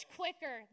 quicker